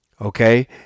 Okay